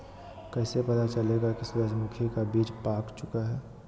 कैसे पता चलेगा की सूरजमुखी का बिज पाक चूका है?